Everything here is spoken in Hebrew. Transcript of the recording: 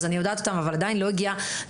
אז אני יודעת אותם אבל עדיין לא הגיע נוסח